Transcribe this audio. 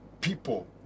people